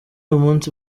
umunsi